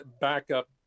backup